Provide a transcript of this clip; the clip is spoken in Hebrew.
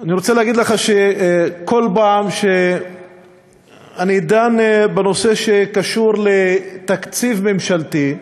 אני רוצה להגיד לך שבכל פעם שאני דן בנושא שקשור לתקציב ממשלתי,